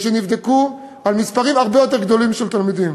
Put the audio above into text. שנבדקו על מספרים הרבה יותר גדולים של תלמידים.